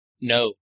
No